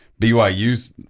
BYU's